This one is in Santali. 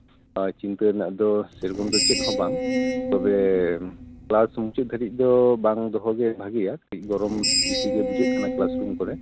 ᱪᱤᱱᱛᱟᱹ ᱨᱮᱱᱟᱜ ᱫᱚ ᱥᱮ ᱨᱚᱠᱚᱢ ᱫᱚ ᱪᱮᱫ ᱦᱚᱸ ᱵᱟᱝ ᱛᱚᱵᱮ ᱠᱞᱟᱥ ᱢᱩᱪᱟᱹᱫ ᱫᱷᱟᱹᱨᱤᱡ ᱫᱚ ᱵᱟᱝ ᱫᱚᱦᱚᱜᱮ ᱵᱷᱟᱜᱮᱭᱟ ᱠᱟᱹᱡ ᱜᱚᱨᱚᱢ ᱵᱮᱥᱤᱜᱮ ᱵᱩᱡᱷᱟᱹᱜ ᱠᱟᱱᱟ ᱠᱞᱟᱥ ᱨᱩᱢ ᱠᱚᱨᱮ